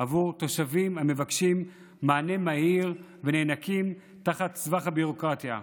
עבור תושבים המבקשים מענה מהיר ונאנקים תחת סבך הביורוקרטיה.